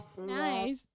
Nice